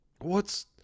What's